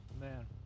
man